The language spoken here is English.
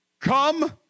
come